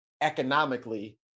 economically